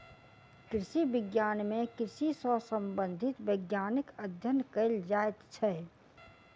कृषि विज्ञान मे कृषि सॅ संबंधित वैज्ञानिक अध्ययन कयल जाइत छै